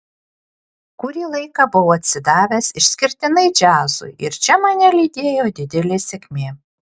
kurį laiką buvau atsidavęs išskirtinai džiazui ir čia mane lydėjo didelė sėkmė